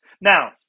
Now